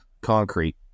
concrete